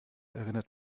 erinnert